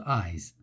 eyes